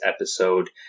episode